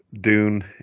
Dune